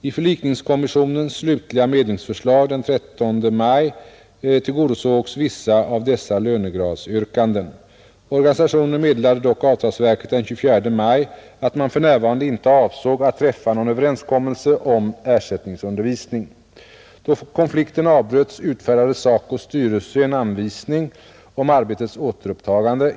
I förlikningskommissionens slutliga medlingsförslag 13 maj tillgodosågs vissa av dessa lönegradsyrkanden. Organisationen meddelade dock avtalsverket 24 maj att man för närvarande inte avsåg att träffa någon överenskommelse om ersättningsundervisning. Då konflikten avbröts utfärdade SACO:s styrelse en anvisning om arbetets återupptagande.